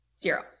zero